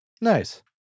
Nice